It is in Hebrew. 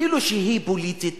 כאילו היא פוליטית